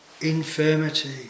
infirmity